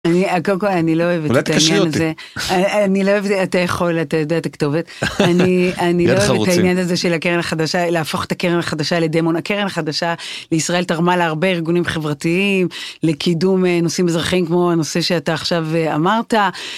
קודם כל אני לא אוהבת את זה אני לא יודעת איך עולה את הכתובת אני אני לא יודעת את זה של הקרן החדשה להפוך את הקרן החדשה לדמון הקרן החדשה לישראל תרמה להרבה ארגונים חברתיים לקידום נושאים אזרחיים כמו הנושא שאתה עכשיו אמרת.